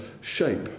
shape